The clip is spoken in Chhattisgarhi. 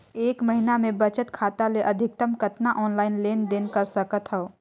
एक महीना मे बचत खाता ले अधिकतम कतना ऑनलाइन लेन देन कर सकत हव?